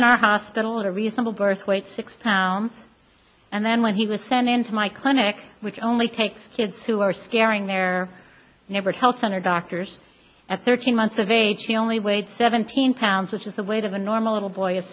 in our hospital at a reasonable birth weight six pounds and then when he was sent into my clinic which only takes kids who are scaring their neighbors health center doctors at thirteen months of age he only weighed seventeen pounds which is the weight of a normal little boy